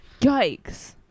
Yikes